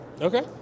Okay